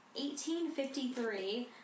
1853